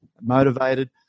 motivated